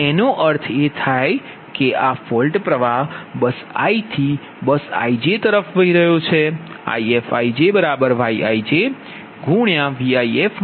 એનો અર્થ એ થાય કે આ ફોલ્ટ પ્ર્વાહ બસ i થી બસ ij તરફ વહી રહ્યો છે તે IfijyijVif Vjf છે